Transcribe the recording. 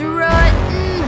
rotten